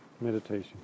meditation